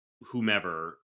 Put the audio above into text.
whomever